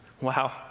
Wow